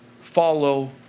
follow